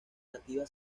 nativa